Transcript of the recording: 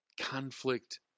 conflict